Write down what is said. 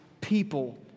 people